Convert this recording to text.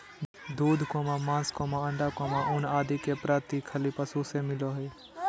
दूध, मांस, अण्डा, ऊन आदि के प्राप्ति खली पशु से मिलो हइ